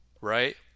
right